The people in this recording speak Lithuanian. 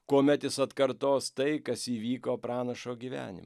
kuomet jis atkartos tai kas įvyko pranašo gyvenime